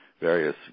various